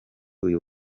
uyu